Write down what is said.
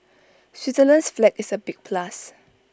Switzerland's flag is A big plus